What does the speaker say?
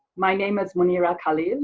my name is munira khalil.